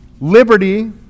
Liberty